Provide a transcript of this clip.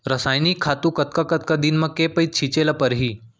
रसायनिक खातू कतका कतका दिन म, के पइत छिंचे ल परहि?